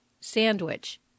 Sandwich